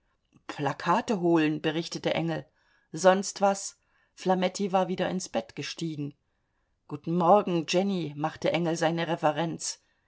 plakate holen berichtete engel sonst was flametti war wieder ins bett gestiegen guten morgen jenny machte engel seine reverenz